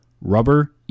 Rubber